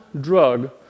drug